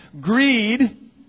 Greed